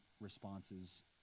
responses